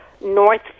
North